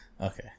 Okay